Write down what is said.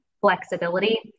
flexibility